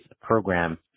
program